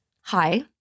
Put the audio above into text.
Hi